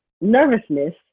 nervousness